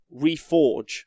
reforge